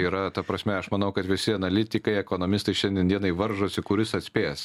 yra ta prasme aš manau kad visi analitikai ekonomistai šiandien dienai varžosi kuris atspės